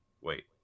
Wait